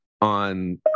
on